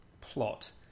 plot